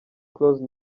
close